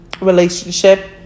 relationship